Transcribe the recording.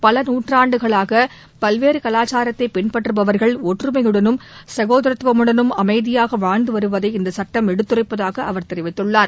பல நூற்றாண்டுகளாக பல்வேறு கலாச்சாரத்தை பின்பற்றுபவர்கள் ஒற்றுமையுடனும் சகோதாரத்துடனும் அமைதியாக வாழ்ந்து வருவதை இந்த சுட்டம் எடுத்துரைப்பதாக அவர் தெரிவித்துள்ளார்